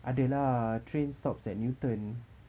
ada lah train stops at newton